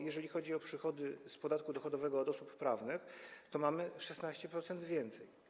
Jeżeli chodzi o przychody z podatku dochodowego od osób prawnych, to mamy 16% więcej.